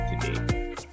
today